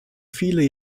viele